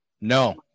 No